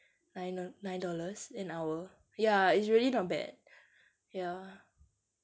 nine nine dollars an hour ya it's really not bad ya